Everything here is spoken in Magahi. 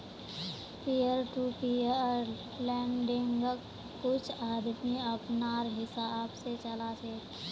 पीयर टू पीयर लेंडिंग्क कुछ आदमी अपनार हिसाब से चला छे